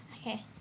Okay